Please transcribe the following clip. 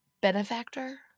benefactor